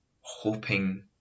hoping